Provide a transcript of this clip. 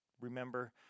remember